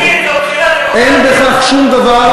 אין בכך שום דבר.